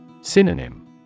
Synonym